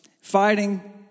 fighting